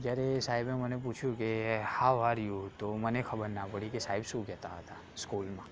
ત્યારે સાહેબે મને પૂછ્યું કે હાઉ આર યુ તો મને ખબર ના પડી કે સાહેબ શું કહેતા હતા સ્કૂલમાં